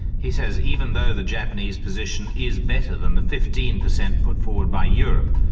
he says even though the japanese position is better than the fifteen percent put forward by europe,